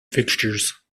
fixtures